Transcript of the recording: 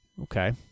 Okay